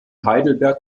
heidelberg